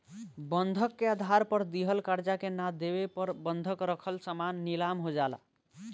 बंधक के आधार पर दिहल कर्जा के ना देवे पर बंधक रखल सामान नीलाम हो जाला